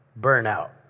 burnout